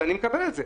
אז אני מקבל את זה.